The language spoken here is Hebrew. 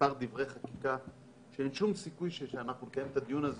מספר דברי חקיקה שאין שום סיכוי שכשאנחנו נקיים את הדיון הזה